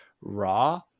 raw